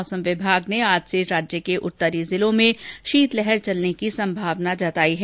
मौसम विभाग ने आज से राज्य के उत्तरी जिलों में शीतलहर चलने की संभावना जताई है